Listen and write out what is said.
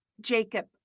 Jacob